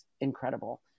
incredible